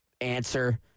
answer